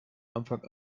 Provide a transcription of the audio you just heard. anfang